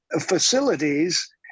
facilities